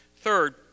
Third